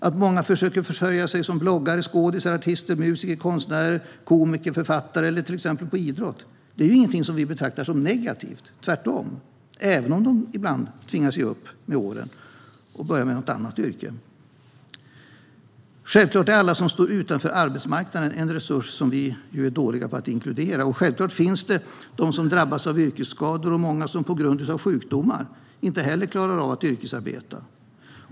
Att många försöker försörja sig som bloggare, skådisar, artister, musiker, konstnärer, komiker, författare eller på till exempel idrott är inget vi betraktar som negativt, tvärtom, även om många tvingas ge upp med åren och börja i ett något annat yrke. Självklart är även alla som står utanför arbetsmarknaden en resurs som vi är dåliga på att inkludera, och självklart finns det de som drabbats av yrkesskador och många som på grund av sjukdom inte heller klarar av att yrkesarbeta.